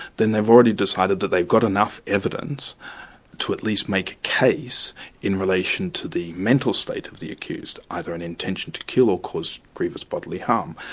then they've already decided that they've got enough evidence to at least make a case in relation to the mental state of the accused, either an intention to kill or cause grievous bodily harm.